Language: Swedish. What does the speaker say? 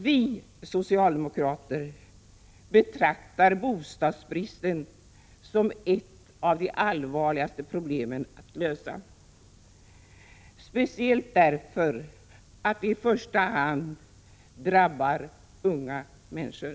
Vi socialdemokrater betraktar bostadsbristen som ett av de allvarligaste problemen att lösa, speciellt därför att bostadsbristen i första hand drabbar unga människor.